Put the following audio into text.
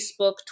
Facebook